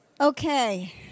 Okay